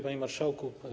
Panie Marszałku!